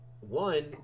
One